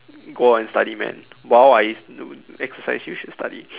go out and study man while I do exercise you should study